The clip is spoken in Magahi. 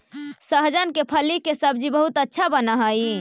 सहजन के फली के सब्जी बहुत अच्छा बनऽ हई